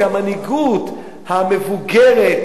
כי המנהיגות המבוגרת,